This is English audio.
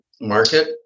market